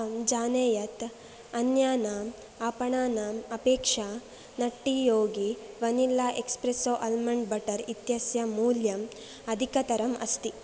अहम् जाने यत् अन्यानाम् आपणानाम् अपेक्षया nutty yogi vanilla espresso almond butter इत्यस्य मूल्यम् अधिकतरम् अस्ति